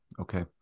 Okay